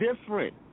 different